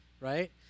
right